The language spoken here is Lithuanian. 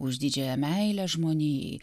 už didžiąją meilę žmonijai